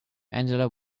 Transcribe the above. angela